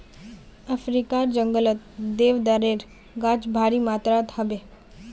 अफ्रीकार जंगलत देवदारेर गाछ भारी मात्रात ह बे